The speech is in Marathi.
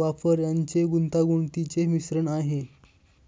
वापर यांचे गुंतागुंतीचे मिश्रण आहे